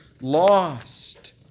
lost